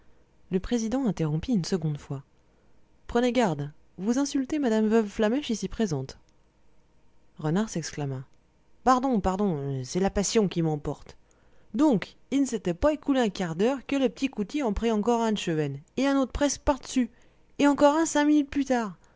le président interrompit une seconde fois prenez garde vous insultez mme veuve flamèche ici présente renard s'excusa pardon pardon c'est la passion qui m'emporte donc il ne s'était pas écoulé un quart d'heure que le petit coutil en prit encore un de chevesne et un autre presque par-dessus et encore un cinq minutes plus tard